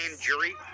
jury